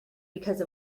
because